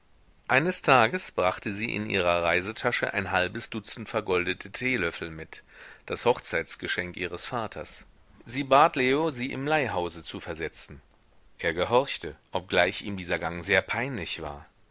eines tages brachte sie in ihrer reisetasche ein halbes dutzend vergoldete teelöffel mit das hochzeitsgeschenk ihres vaters sie bat leo sie im leihhause zu versetzen er gehorchte obgleich ihm dieser gang sehr peinlich war